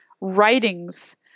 writings